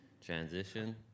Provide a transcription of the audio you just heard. Transition